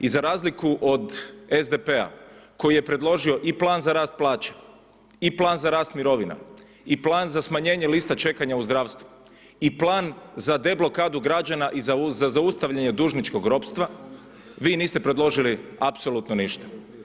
I za razliku od SDP-a koji je predložio i plan za rast plaća, i plan za rast mirovina, i plan za smanjenje liste čekanja u zdravstvu, i plan za deblokadu građana i zaustavljanja dužničkog ropstva, vi niste predložili apsolutno ništa.